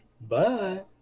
bye